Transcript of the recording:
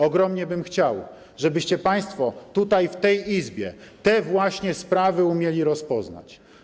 Ogromnie bym chciał, żebyście Państwo tutaj, w tej Izbie te właśnie sprawy umieli rozpoznać.